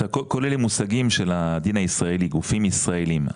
כל אלה מושגים של הדין הישראלי, גופנים ישראלים.